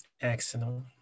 excellent